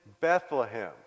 Bethlehem